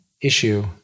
issue